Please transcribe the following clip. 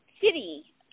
city